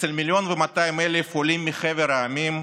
אצל 1.2 מיליון עולים מחבר המדינות